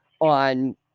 on